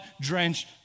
drenched